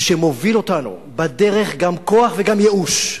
שמוביל אותנו בדרך של גם כוח וגם ייאוש,